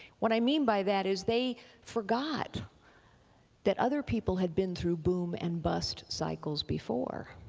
what i mean by that is they forgot that other people had been through boom and bust cycles before.